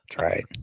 right